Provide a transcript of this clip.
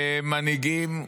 ומנהיגים,